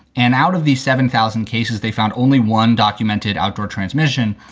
and out of these seven thousand cases, they found only one documented outdoor transmission,